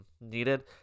needed